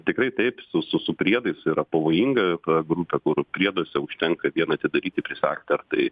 tikrai taip su su su priedais yra pavojinga ta grupė kur prieduose užtenka vien atidaryti prisegtą ar tai